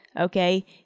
Okay